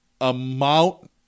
amount